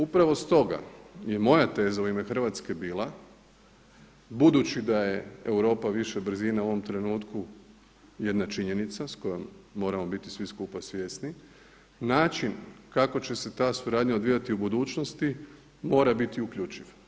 Upravo stoga je moja teza u ime Hrvatske bila, budući da je Europa više brzina u ovom trenutku jedna činjenica s kojom moramo biti svi skupa svjesni, način kako će se ta suradnja odvijati u budućnosti mora biti uključiv.